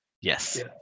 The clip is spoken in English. Yes